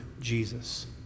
Jesus